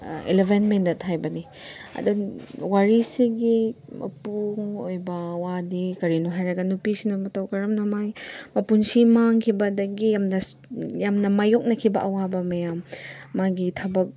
eleven minute ꯍꯥꯏꯕꯅꯤ ꯑꯗꯨ ꯋꯥꯔꯤꯁꯤꯒꯤ ꯃꯄꯨꯡ ꯑꯣꯏꯕ ꯋꯥꯗꯤ ꯀꯔꯤꯅꯣ ꯍꯥꯏꯔꯒ ꯅꯨꯄꯤꯁꯤꯅ ꯃꯇꯧ ꯀꯔꯝꯅ ꯃꯥꯒꯤ ꯃꯄꯨꯟꯁꯤ ꯃꯥꯡꯈꯤꯕ ꯑꯗꯒꯤ ꯌꯥꯝꯅ ꯌꯥꯝꯅ ꯃꯥꯏꯌꯣꯛꯅꯈꯤꯕ ꯑꯋꯥꯕ ꯃꯌꯥꯝ ꯃꯥꯒꯤ ꯊꯕꯛ